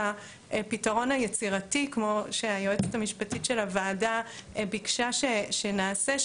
הפתרון היצירתי כמו שהיועצת המשפטית של הוועדה ביקשה שנעשה,